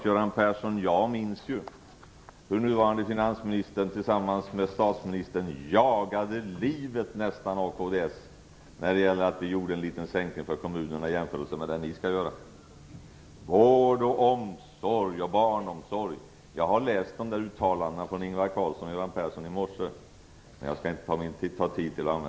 Göran Persson, jag minns hur nuvarande finansministern tillsammans med statsministern nästan jagade livet ur kds när vi gjorde en - i jämförelse med vad ni skall göra - liten sänkning för kommunerna. Vård, omsorg och barnomsorg talas det om - jag läste i morse om Ingvar Carlssons och Göran Perssons uttalanden, men jag skall inte nu använda tiden till dem.